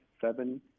seven